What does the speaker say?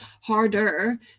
harder